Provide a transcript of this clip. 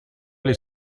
les